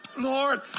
Lord